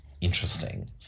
interesting